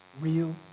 Real